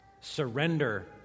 surrender